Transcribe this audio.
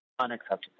unacceptable